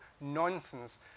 nonsense